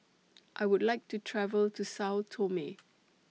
I Would like to travel to Sao Tome